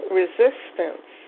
resistance